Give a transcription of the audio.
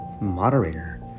Moderator